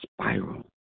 spiral